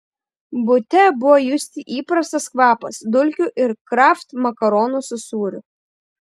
bute buvo justi įprastas kvapas dulkių ir kraft makaronų su sūriu